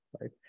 right